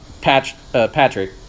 Patrick